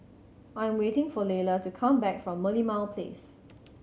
I am waiting for Layla to come back from Merlimau Place